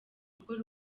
gukora